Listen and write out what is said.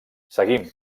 seguim